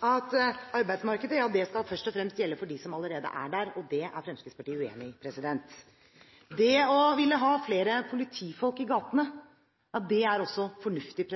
at arbeidsmarkedet først og fremst skal gjelde for dem som allerede er der. Det er Fremskrittspartiet uenig i. Det å ville ha flere politifolk i gatene er også fornuftig,